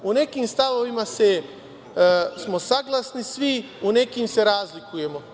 U nekim stavovima smo saglasni svi, u nekim se razlikujemo.